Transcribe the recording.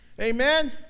Amen